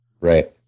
Right